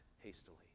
hastily